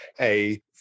a-